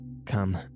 Come